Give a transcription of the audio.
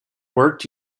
worked